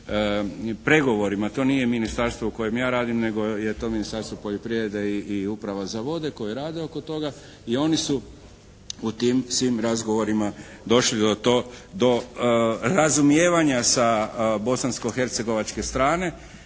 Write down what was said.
pregovorima. To nije ministarstvo u kojem ja radim, nego je to Ministarstvo poljoprivrede i Uprava za vode koje rade oko toga i oni su u tim svim razgovorima došli do razumijevanja sa bosansko-hercegovačke strane.